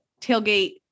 tailgate